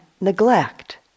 neglect